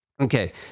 okay